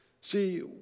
See